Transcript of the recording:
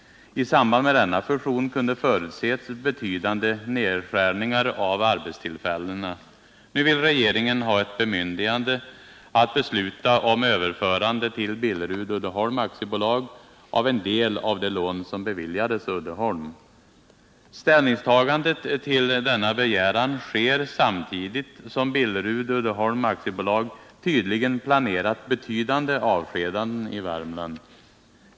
I samband med denna fusion kunde förutses betydande nedskärningar av arbetstillfällena. Nu vill regeringen ha ett bemyndigande att besluta om överförande till Billerud-Uddeholm AB av en del av det lån som beviljades Uddeholm. Ställningstagande till denna begäran sker samtidigt som Billerud-Uddeholm AB tydligen planerat betydande avskedanden i Värmland.